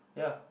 yeah